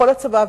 בכל הצבא,